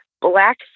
black